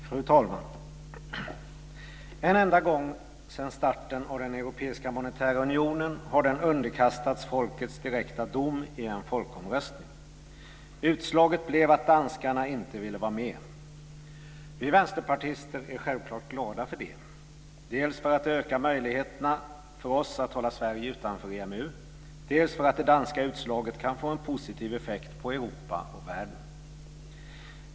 Fru talman! En enda gång sedan starten av den europeiska monetära unionen har den underkastats folkets direkta dom i en folkomröstning. Utslaget blev att danskarna inte ville vara med. Vi vänsterpartister är självklart glada för det, dels för att det ökar möjligheterna för oss att hålla Sverige utanför EMU, dels för att det danska utslaget kan få en positiv effekt på Europa och världen.